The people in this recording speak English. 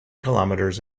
kilometres